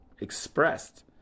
expressed